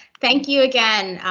thank you again,